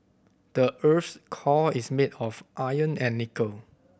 the earth's core is made of iron and nickel